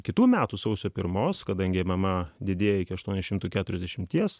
kitų metų sausio pirmos kadangi mama didėja iki aštuonių šimtų keturiasdešimties